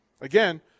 Again –